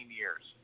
years